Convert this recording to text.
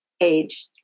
age